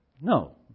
No